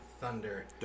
thunder